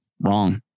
wrong